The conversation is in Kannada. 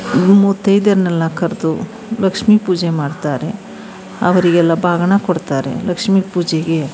ಮುತೈದೆಯರನ್ನೆಲ್ಲ ಕರೆದು ಲಕ್ಷ್ಮಿ ಪೂಜೆ ಮಾಡ್ತಾರೆ ಅವ್ರಿಗೆಲ್ಲ ಬಾಗಿನ ಕೊಡ್ತಾರೆ ಲಕ್ಷ್ಮಿ ಪೂಜೆಗೆ